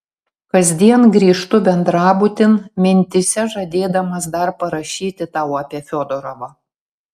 kasdien grįžtu bendrabutin mintyse žadėdamas dar parašyti tau apie fiodorovą